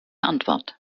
antwort